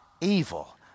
evil